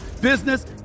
business